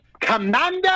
Commander